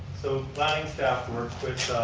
so like staff were quick